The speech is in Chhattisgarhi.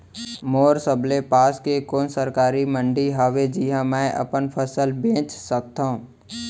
मोर सबले पास के कोन सरकारी मंडी हावे जिहां मैं अपन फसल बेच सकथव?